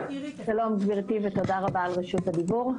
שלום גברתי, ותודה רבה על רשות הדיבור.